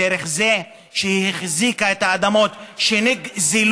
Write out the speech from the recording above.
דרך זה שהיא החזיקה את האדמות שנגזלו,